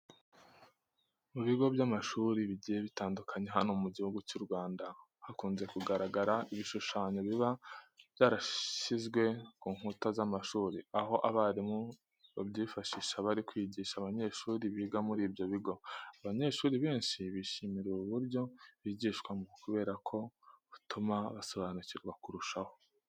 Mu bigo by'amashuri bigiye bitandukanye hano mu gihugu cy'u Rwanda hakunze kugaragara ibishushanyo biba byarashyizwe ku nkuta z'amashuri, aho abarimu babyifashisha bari kwigisha abanyeshuri biga muri ibyo bigo. Abanyeshuri benshi bishimira ubu buryo bigishwamo kubera ko butuma basobanukirwa kurushaho.